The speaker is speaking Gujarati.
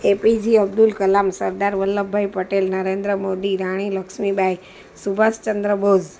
A P J Abdul Kalam Sardar Vallabhbhai Patel Narendra Modi Rani Lakshmibai Subhashchandra Bose